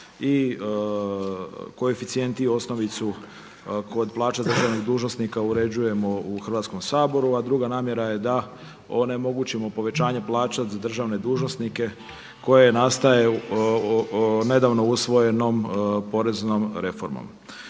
i koeficijent i osnovicu kod plaća državnih dužnosnika uređujemo u Hrvatskom saboru. A druga namjera je da onemogućimo povećanje plaća za državne dužnosnike koje nastaje nedavno usvojenom poreznom reformom.